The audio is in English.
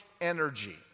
energy